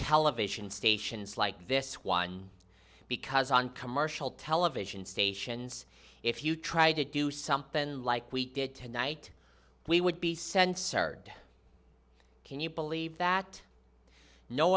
television stations like this one because on commercial television stations if you try to do something like we did tonight we would be censored can you believe that no